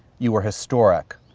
you were historic.